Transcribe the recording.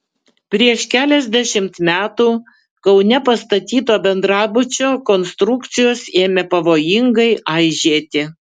prieš keliasdešimt metų kaune pastatyto bendrabučio konstrukcijos ėmė pavojingai aižėti